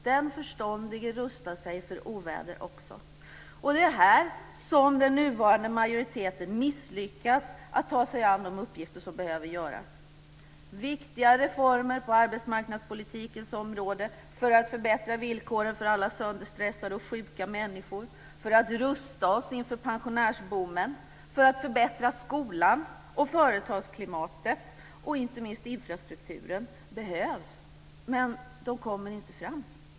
Den förståndige rustar sig också för oväder. Det är här som den nuvarande majoriteten har misslyckats med att ta sig an de uppgifter som behöver göras. Det behövs viktiga reformer på arbetsmarknadspolitikens område för att förbättra villkoren för alla sönderstressade och sjuka människor, för att rusta oss inför pensionärsboomen och för att förbättra skolan och företagsklimatet och inte minst infrastrukturen, men de kommer inte fram.